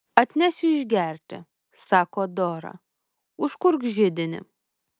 atnešiu išgerti sako dora užkurk židinį